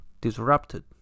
disrupted